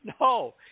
No